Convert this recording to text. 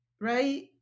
right